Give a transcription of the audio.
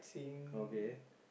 okay